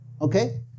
Okay